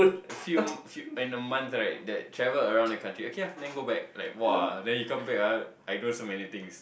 a few few in a month right that travel around the country okay ah then go back like !wah! then you come back ah I know so many things